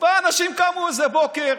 ארבעה אנשים קמו באיזה בוקר,